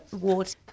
water